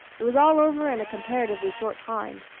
it was all over in a comparatively short time.